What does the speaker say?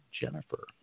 Jennifer